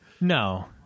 No